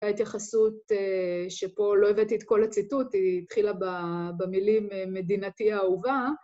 הייתה התייחסות שפה לא הבאתי את כל הציטוט, היא התחילה במילים מדינתי האהובה.